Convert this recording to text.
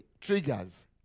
Triggers